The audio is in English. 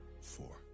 four